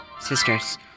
sisters